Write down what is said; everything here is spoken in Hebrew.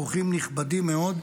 אורחים נכבדים מאוד,